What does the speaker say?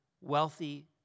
wealthy